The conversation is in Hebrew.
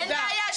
אין בעיה,